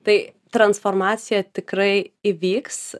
tai transformacija tikrai įvyks